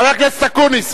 חבר הכנסת אקוניס,